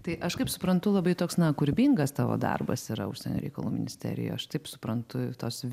tai aš kaip suprantu labai toks na kūrybingas tavo darbas yra užsienio reikalų ministerijoj aš taip suprantu tos